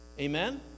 Amen